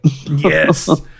Yes